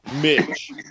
Mitch